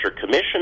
commission